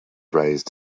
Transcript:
raised